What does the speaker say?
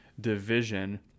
division